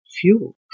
fuel